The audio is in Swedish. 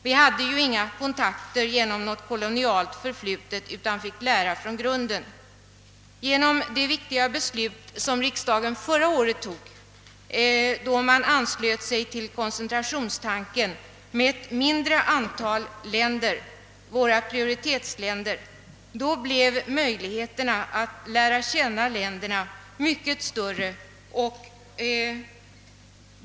Vi saknade kontakter, eftersom Sverige inte har något kolonialt förflutet, och vi fick lära från grunden. Genom det viktiga beslut riksdagen fattade förra året om anslutning till koncentrationstanken, alltså med hjälp till ett mindre antal prioriterade länder, blev möjligheterna att lära känna dessa länder mycket större.